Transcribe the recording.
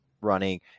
running